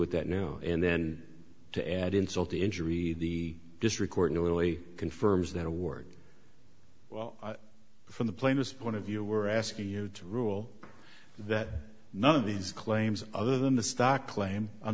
with that now and then to add insult to injury the district court in early confirms that award well from the plainest point of view we're asking you to rule that none of these claims other than the stock claim on